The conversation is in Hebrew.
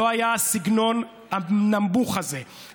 לא היה הסגנון הנמוך הזה,